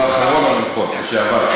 לא האחרון, לשעבר.